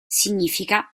significa